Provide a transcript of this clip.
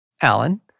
Alan